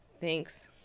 Thanks